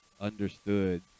understood